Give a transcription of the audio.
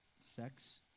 sex